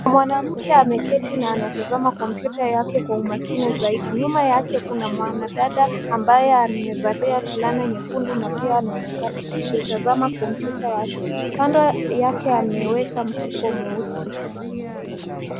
Mwanamke ameketi na anatazama kompyuta yake kwa umakini zaidi nyuma yake kuna mwanadada ambaye amevalia fulana nyekundu na pia anaonekana kuitazama kompyuta yake kando yake ameweka mfuko mweusi.